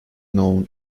known